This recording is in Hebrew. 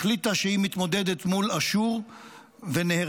החליטה שהיא מתמודדת מול אשור ונהרסה.